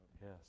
Yes